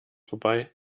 vorbei